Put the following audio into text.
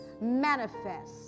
manifest